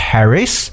Paris